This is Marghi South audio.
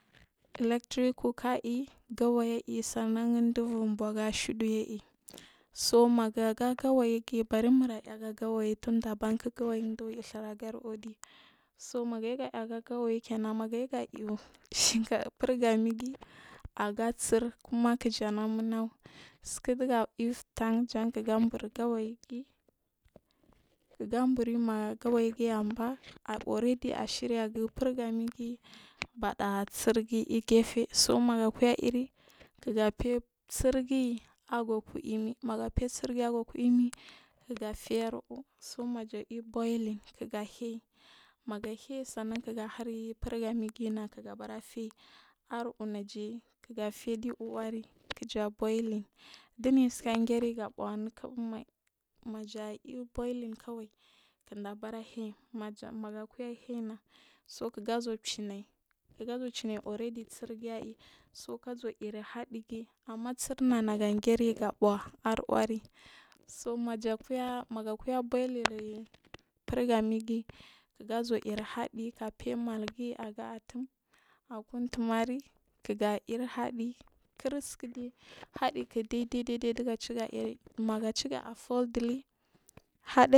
Electric cocker i gawayi aiysanna n dubur buu aga shuru yai so maga’ga gawayi dayake bari murayi ɗu gawayi tunɗa bankr gawayr du bur ɗhur agari uɗi magayu aiyw ke magu yu ga iaw shik furgami giyi aga tsir kuma kiyana numau siki duga irtan jangugan bur gawa yigiyi kigan buri magawayigi an baa ai oredy ashir yagu furgamigin baɗa tsirgi ugefe so makuya irri gafe sirgin aguku imi managufe sirgi aguku imi kigafer uuso maja iboiling kiga hinya maga hiy sanna nga hir furgamigi kuga bur fe aruu na najaye kiya fedi uuna keja bo uling diya tsika gariga bouh nikb mai maja iayu bouling kaway kinda burahay maja naga kura hayna so kiga zuwa einai kiga zuwa cinai orldy sirgin aiyi so kazuwa ir haɗgiyi am ma sirna naga geriga bouh ar uure so maja kuya bouling ri furgamigga zuwa ir hadi ga fey umalgi ag atum aku untumari kiha iri hedi kirsukude haɗik ɗaiɗai inɗiga ciga iri mega chili afurdily.